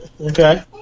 Okay